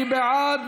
מי בעד?